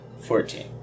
Fourteen